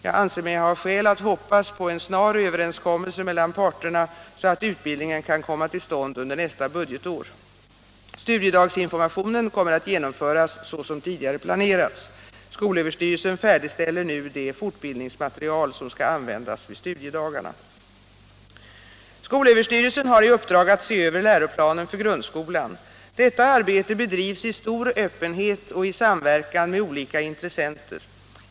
Jag anser mig ha skäl att hoppas på en snar överenskommelse mellan parterna, så att utbildningen kan komma till stånd under nästa budgetår. Studiedagsinformationen kommer att genomföras så som tidigare planerats. Skolöverstyrelsen färdigställer nu det fortbildningsmaterial som skall användas vid studiedagarna. Skolöverstyrelsen har i uppdrag att se över läroplanen för grundskolan. Detta arbete bedrivs i stor öppenhet och i samverkan med olika intressenter.